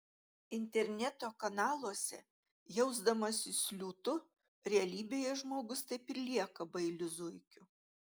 interneto kanaluose jausdamasis liūtu realybėje žmogus taip ir lieka bailiu zuikiu